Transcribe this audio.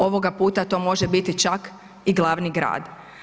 Ovoga puta to može biti čak i glavni grad.